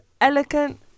elegant